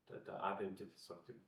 tą tą apimtį tiesiog tik